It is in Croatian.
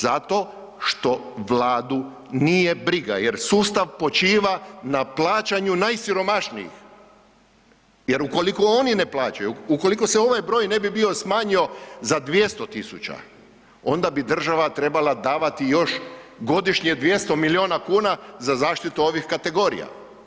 Zato što Vladu nije briga jer sustav počiva na plaćanju najsiromašnijih jer ukoliko oni ne plaćaju, ukoliko se ovaj broj ne bi bio smanjio za 200 000 onda bi država trebala davati još godišnje 200 milijuna kuna za zaštitu ovih kategorija.